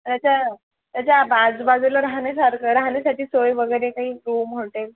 याच्या याच्या बाजू बाजूला राहण्यासारखं राहण्यासाठी सोय वगैरे काही रूम हॉटेल